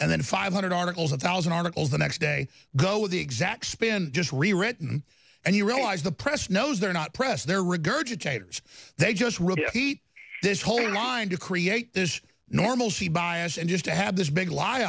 and then five hundred articles a thousand articles the next day go the exact spin just rewritten and you realize the press knows they're not press they're regurgitated they just repeat this whole line to create this normalcy bias and just to have this big lie